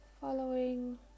following